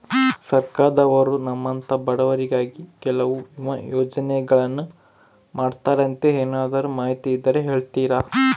ಸರ್ಕಾರದವರು ನಮ್ಮಂಥ ಬಡವರಿಗಾಗಿ ಕೆಲವು ವಿಮಾ ಯೋಜನೆಗಳನ್ನ ಮಾಡ್ತಾರಂತೆ ಏನಾದರೂ ಮಾಹಿತಿ ಇದ್ದರೆ ಹೇಳ್ತೇರಾ?